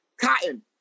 Cotton